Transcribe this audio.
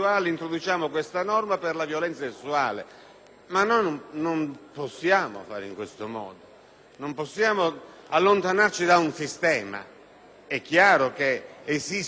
Non possiamo operare in questo modo, non possiamo allontanarci da un sistema. È chiaro che esistono particolari fenomeni